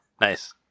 Nice